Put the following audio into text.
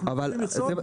אנחנו קובעים מכסות.